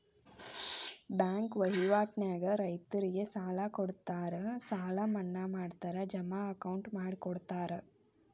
bank ವಹಿವಾಟ ನ್ಯಾಗ ರೈತರಿಗೆ ಸಾಲ ಕೊಡುತ್ತಾರ ಸಾಲ ಮನ್ನಾ ಮಾಡ್ತಾರ ಜಮಾ ಅಕೌಂಟ್ ಮಾಡಿಕೊಡುತ್ತಾರ